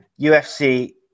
UFC